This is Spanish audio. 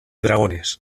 dragones